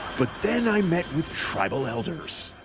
but then i met with tribal elders.